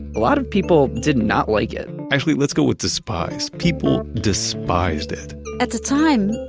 a lot of people did not like it actually, let's go with despised. people despised it at the time,